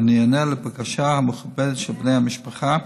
ונענה לבקשה המכובדת של בני המשפחה